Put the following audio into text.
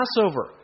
Passover